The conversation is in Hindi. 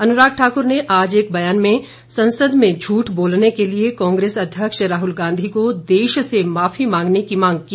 अनुराग ठाकुर ने आज एक ब्यान में संसद में झूठ बोलने के लिए कांग्रेस अध्यक्ष राहुल गांधी को देश से माफी मांगने की मांग की